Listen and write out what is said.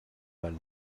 mal